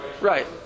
Right